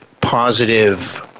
positive